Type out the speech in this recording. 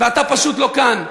ואתה פשוט לא כאן.